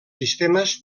sistemes